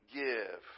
give